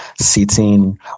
sitting